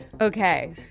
Okay